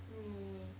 你